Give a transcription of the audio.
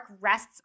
rests